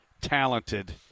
talented